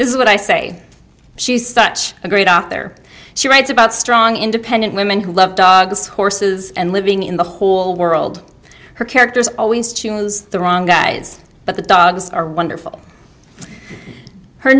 this is what i say she's such a great out there she writes about strong independent women who love dogs horses and living in the whole world her characters always the wrong guys but the dogs are wonderful her